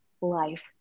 life